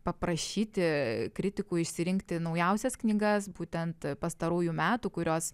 paprašyti kritikų išsirinkti naujausias knygas būtent pastarųjų metų kurios